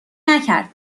نکرد